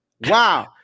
Wow